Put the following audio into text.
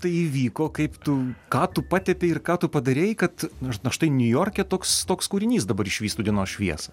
tai įvyko kaip tu ką tu patepei ir ką tu padarei kad na štai niujorke toks toks kūrinys dabar išvystų dienos šviesą